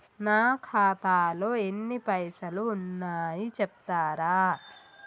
నా ఖాతాలో ఎన్ని పైసలు ఉన్నాయి చెప్తరా?